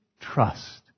trust